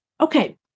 Okay